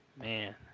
Man